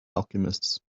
alchemists